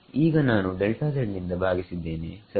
ಈಗ ನಾನು ನಿಂದ ಭಾಗಿಸಿದ್ದೇನೆ ಸರಿ